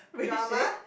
drama